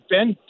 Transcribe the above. Ben